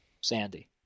Sandy